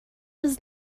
was